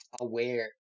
aware